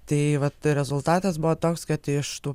tai vat rezultatas buvo toks kad iš tų